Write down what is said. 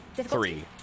Three